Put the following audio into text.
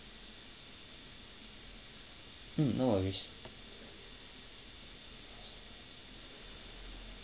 mm no worries